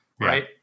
right